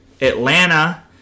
Atlanta